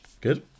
Good